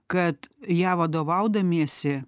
kad ja vadovaudamiesi